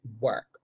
work